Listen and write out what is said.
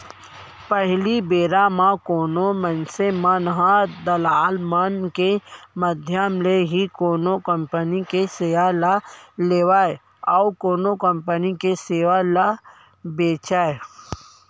पहिली बेरा म कोनो मनसे मन ह दलाल मन के माधियम ले ही कोनो कंपनी के सेयर ल लेवय अउ कोनो कंपनी के सेयर ल बेंचय